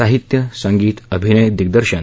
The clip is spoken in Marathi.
साहित्य संगीत अभिनय दिग्दर्शन